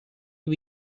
who